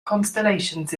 constellations